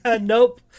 nope